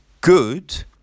good